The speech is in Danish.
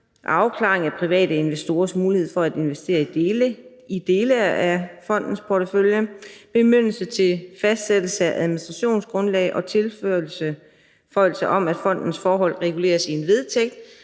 afklaring af private investorers mulighed for at investere i dele af fondens portefølje; en bemyndigelse til fastsættelse af administrationsgrundlag og tilføjelse om, at fondens forhold reguleres i en vedtægt;